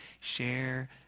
share